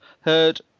heard